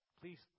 please